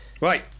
Right